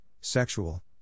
sexual